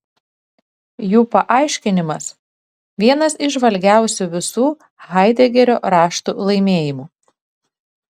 jų paaiškinimas vienas įžvalgiausių visų haidegerio raštų laimėjimų